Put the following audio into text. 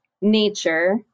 nature